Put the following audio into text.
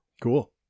cool